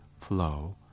flow